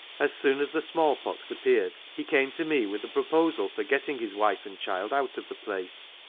as soon as the smallpox appeared, he came to me with a proposal for getting his wife and child out of the place,